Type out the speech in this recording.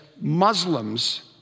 Muslims